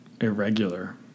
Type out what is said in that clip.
irregular